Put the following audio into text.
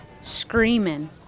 screaming